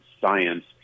science